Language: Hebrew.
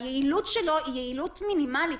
היעילות שלו היא יעילות מינימלית.